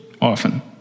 often